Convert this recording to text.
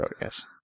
yes